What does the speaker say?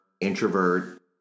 introvert